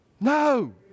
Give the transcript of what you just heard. No